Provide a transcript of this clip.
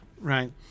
Right